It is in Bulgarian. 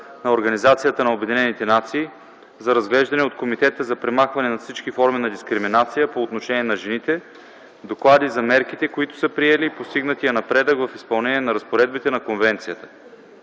на Организацията на обединените нации за разглеждане от Комитета за премахване на всички форми на дискриминация по отношение на жените доклади за мерките, които са приели, и постигнатия напредък в изпълнение на разпоредбите на конвенцията.